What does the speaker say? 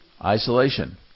isolation